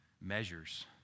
measures